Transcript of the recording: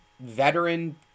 veteran